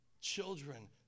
Children